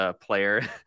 player